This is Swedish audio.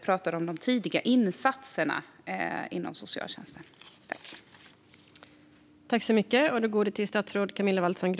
Är de tidiga insatserna inom socialtjänsten verkligen högprioriterade?